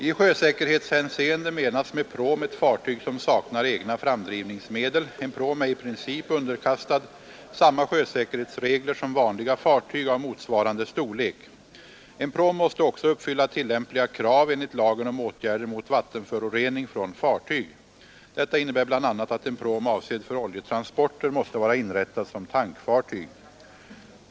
I sjösäkerhetshänseende menas med pråm ett fartyg som saknar egna framdrivningsmedel. En pråm är i princip underkastad samma sjösäkerhetsregler som vanliga fartyg av motsvarande storlek. En pråm måste också uppfylla tillämpliga krav enligt lagen om åtgärder mot vattenförorening från fartyg. Detta innebär bl.a. att en pråm avsedd för oljetransporter måste vara inrättad som tankfartyg.